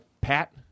Pat